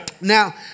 Now